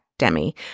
Demi